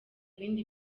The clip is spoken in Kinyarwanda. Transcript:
ibindi